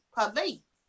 Police